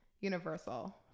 universal